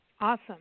Awesome